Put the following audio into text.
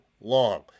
long